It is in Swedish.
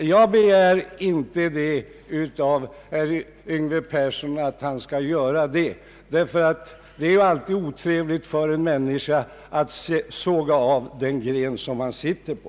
Jag begär inte av herr Yngve Persson att han skall göra det, ty det är alltid otrevligt för en människa att såga av den gren man sitter på.